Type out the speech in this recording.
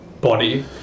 body